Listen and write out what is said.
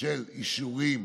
של אישורים